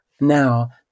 now